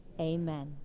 Amen